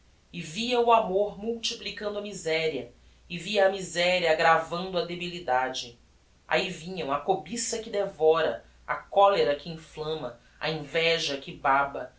e via o amor multiplicando a miseria e via a miseria aggravando a debilidade ahi vinham a cobiça que devora a colera que inflamma a inveja que baba